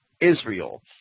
israel